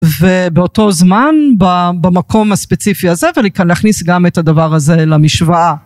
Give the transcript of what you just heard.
ובאותו זמן במקום הספציפי הזה ולהכניס גם את הדבר הזה למשוואה.